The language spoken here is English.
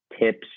tips